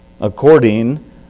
According